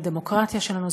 לדמוקרטיה שלנו,